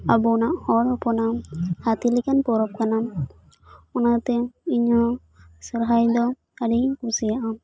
ᱟᱵᱚᱱᱟᱜ ᱦᱚᱲ ᱦᱚᱯᱚᱱᱟᱜ ᱦᱟᱹᱛᱤ ᱞᱮᱠᱟᱱ ᱯᱚᱨᱚᱵ ᱠᱟᱱᱟ ᱚᱱᱟᱛᱮ ᱤᱧ ᱦᱚᱸ ᱥᱚᱦᱚᱨᱟᱭ ᱫᱚ ᱟᱹᱰᱤ ᱜᱤᱧ ᱠᱩᱥᱤᱭᱟᱜ ᱟ